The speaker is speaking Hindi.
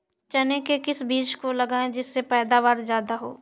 चने के किस बीज को लगाएँ जिससे पैदावार ज्यादा हो?